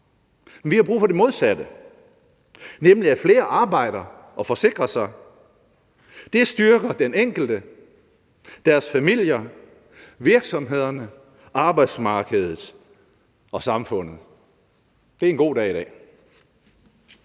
Vi har brug for det modsatte, nemlig at flere arbejder og forsikrer sig. Det styrker den enkelte, familierne, virksomhederne, arbejdsmarkedet og samfundet. Det er en god dag i dag.